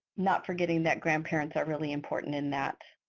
not forgetting that grandparents are really important in that.